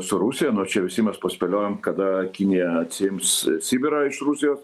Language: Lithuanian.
su rusija nu čia visi mes paspėliojam kada kinija atsiims sibirą iš rusijos